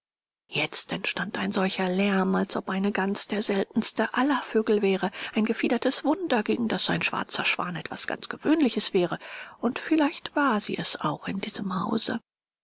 jetzt entstand ein solcher lärm als ob eine gans der seltenste aller vögel wäre ein gefiedertes wunder gegen das ein schwarzer schwan etwas ganz gewöhnliches wäre und wirklich war sie es auch in diesem hause